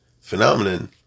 phenomenon